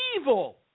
evil